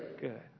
good